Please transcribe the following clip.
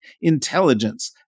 intelligence